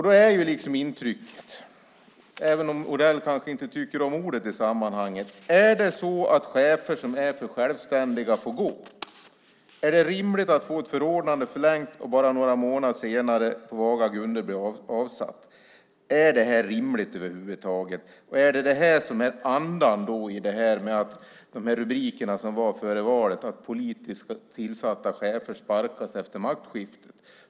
Då är frågan, även om Odell kanske inte tycker om ordet i sammanhanget, om det är så att chefer som är för självständiga får gå. Är det rimligt att få ett förordnande förlängt och bara några månader senare på vaga grunder bli avsatt? Är det här rimligt över huvud taget? Är det här andan i rubrikerna som var före valet om att politiskt tillsatta chefer sparkas efter maktskiftet?